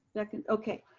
second. okay.